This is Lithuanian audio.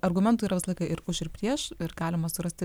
argumentų yra visąlaik ir už ir prieš ir galima surasti